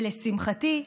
לשמחתי,